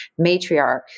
matriarch